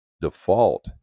default